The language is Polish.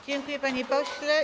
Dziękuję, panie pośle.